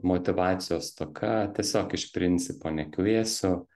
motyvacijos stoka tiesiog iš principo nekviesiu